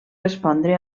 respondre